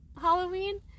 Halloween